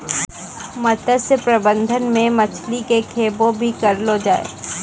मत्स्य प्रबंधन मे मछली के खैबो भी करलो जाय